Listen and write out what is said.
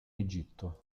egitto